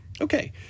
Okay